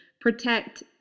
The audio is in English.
protect